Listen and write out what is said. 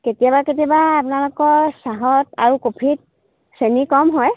কেতিয়াবা কেতিয়াবা আপোনালোকৰ চাহত আৰু কফিত চেনি কম হয়